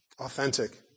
Authentic